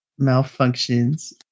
malfunctions